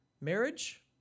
marriage